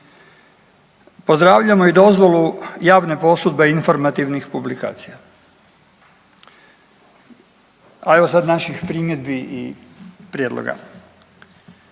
Pozdravljamo i dozvolu javne posudbe informativnih publikacija. A evo sad naših primjedbi i prijedloga.